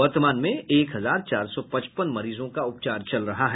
वर्तमान में एक हजार चार सौ पचपन मरीजों का उपचार चल रहा है